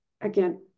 again